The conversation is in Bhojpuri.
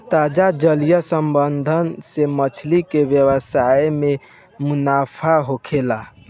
ताजा जलीय संवर्धन से मछली के व्यवसाय में मुनाफा होखेला